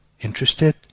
interested